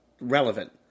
relevant